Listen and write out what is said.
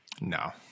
No